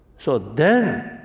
so then,